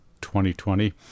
2020